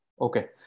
okay